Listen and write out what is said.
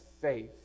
faith